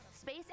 space